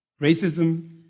racism